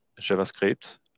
JavaScript